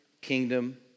kingdom